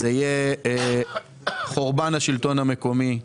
זה יהיה חורבן השלטון המקומי.